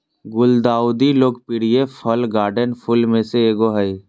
गुलदाउदी लोकप्रिय fall garden फूल में से एगो हइ